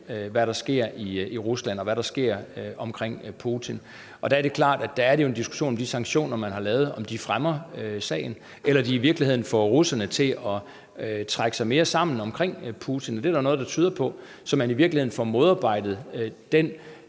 det, der sker i Rusland, og det, der sker omkring Putin. Der er det klart, at det er en diskussion, om de sanktioner, vi har lavet, fremmer sagen, eller om de i virkeligheden får russerne til at trække sig mere sammen omkring Putin – det er der jo noget der tyder på – så vi i virkeligheden får modarbejdet den